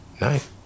Night